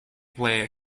player